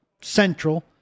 Central